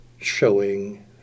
showing